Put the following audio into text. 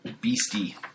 beastie